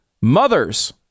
mother's